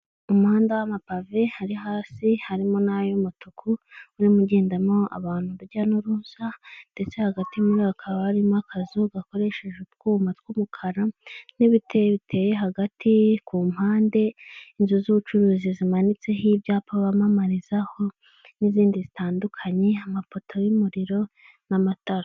Umuhanda w'amapave hari hasi harimo nay'umutuku urimo ugendamo abantu urujya n'uruza ndetse hagati muriho hakaba harimo akazu gakoreshejwe utwuyuma tw'umukara n'ibiti biteye hagati ku mpande inzu z'ubucuruzi zimanitseho ibyapa bamamarizaho n'izindi zitandukanye amapoto y'umuriro n'amatara.